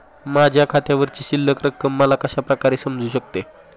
माझ्या खात्यावरची शिल्लक रक्कम मला कशा प्रकारे समजू शकते?